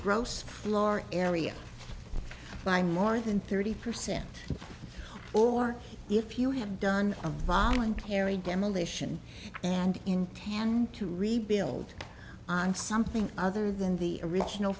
gross floor area by more than thirty percent or if you have done a voluntary demolition and intend to rebuild on something other than the original